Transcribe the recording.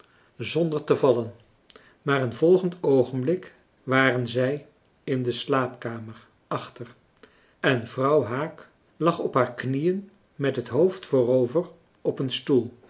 zonder te vallen maar een volgend oogenblik waren zij in de slaapkamer achter en vrouw haak lag op haar knieën met het hoofd voorover op een stoel